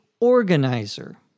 organizer